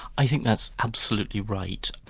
i think that's absolutely right.